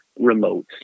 remotes